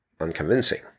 unconvincing